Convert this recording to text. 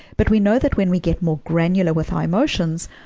but we know that when we get more granular with our emotions,